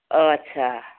अ आस्सा